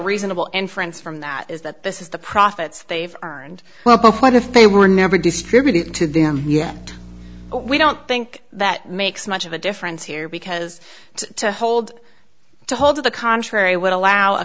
asonable inference from that is that this is the profits they've earned but if they were never distribute it to them yet we don't think that makes much of a difference here because to hold to hold to the contrary would allow a